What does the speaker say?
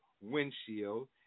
windshield